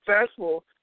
successful